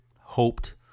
hoped